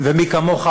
ומי כמוך,